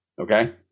Okay